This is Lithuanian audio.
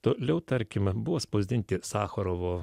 toliau tarkime buvo spausdinti sacharovo